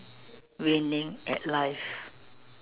winning at life